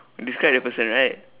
describe the person right